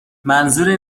منظوری